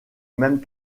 même